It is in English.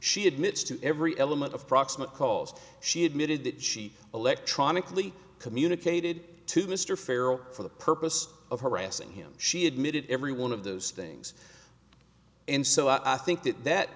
she admits to every element of proximate cause she admitted that she electronically communicated to mr farrow for the purpose of harassing him she admitted every one of those things and so i think that that